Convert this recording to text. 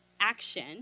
action